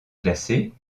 classés